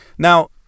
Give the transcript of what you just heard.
Now